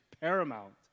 paramount